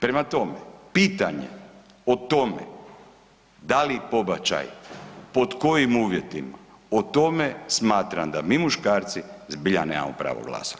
Prema tome, pitanje o tome da li pobačaj, pod kojim uvjetima o tome smatram da mi muškarci zbilja nemamo pravo glasa.